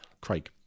Craig